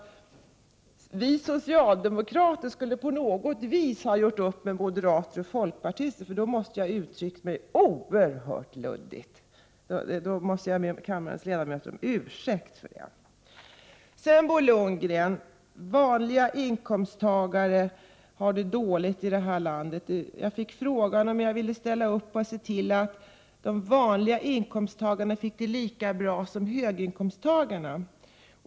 1988/89:45 att socialdemokraterna på något sätt skulle ha gjort upp med moderater och 14 december 1988 folkpartister, för då måste jag ha uttryckt mig väldigt luddigt. Jag måste iså = J ro odon mma fall be kammarens ledamöter om ursäkt. Bo Lundgren menade att vanliga inkomsttagare har det dåligt i det här landet. Jag fick frågan om jag ville ställa upp och se till att vanliga inkomsttagare fick det lika bra som höginkomsttagare.